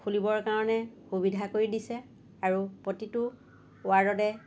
খুলিবৰ কাৰণে সুবিধা কৰি দিছে আৰু প্ৰতিতো ৱাৰ্ডতে